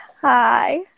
Hi